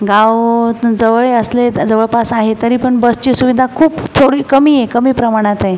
गाव जवळ आहे असले जवळपास आहे तरी पण बसची सुविधा खूप थोडी कमी आहे कमी प्रमाणात आहे